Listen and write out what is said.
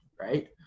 right